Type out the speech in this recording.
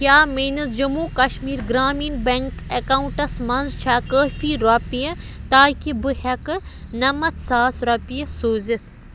کیٛاہ میٛانِس Jammu Kashmir Gramin bank accounts منٛز چھا کٲفی رۄپیہِ تاکہِ بہٕ ہٮ۪کہٕ نَمتھ ساس رۄپیہِ سوٗزِتھ